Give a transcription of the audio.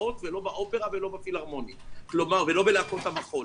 בתיאטראות ולא באופרה ולא בפילהרמונית ולא בלהקות המחול.